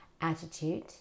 attitude